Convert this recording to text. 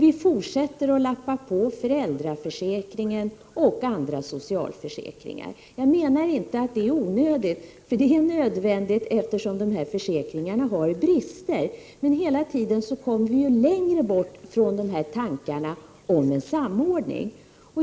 Vi fortsätter att lappa på föräldraförsäkringen och på andra socialförsäkringar. Jag menar inte att det är onödigt. Det är nödvändigt, eftersom dessa försäkringar har brister, men hela tiden kommer vi längre bort från tankarna på en samordning.